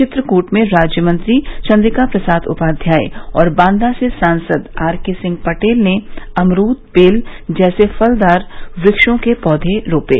चित्रकूट में राज्य मंत्री चन्द्रिका प्रसाद उपाध्याय और बांदा से सांसद आरके सिंह पटेल ने अमरूद बेल जैसे फलदार वृक्षों के पौधे रोपे